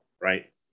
right